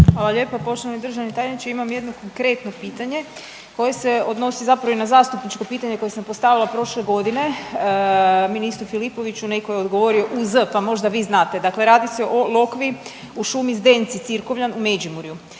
Hvala lijepa. Poštovani državni tajniče imam jedno konkretno pitanje koje se odnosi zapravo i na zastupničko pitanje koje sam postavila prošle godine ministru Filipoviću neko je odgovorio u z pa možda vi znate. Dakle, radi se o lokvi u šumici Zdenci Cirkovljan u Međimurju,